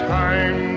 time